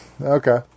Okay